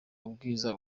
ubwiza